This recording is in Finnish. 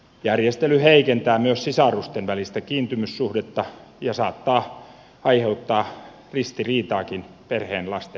järjestely heikentää myös sisarusten välistä kiintymyssuhdetta ja saattaa aiheuttaa ristiriitaakin perheen lasten välille